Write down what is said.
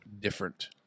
different